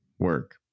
work